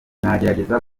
nzagerageza